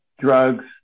drugs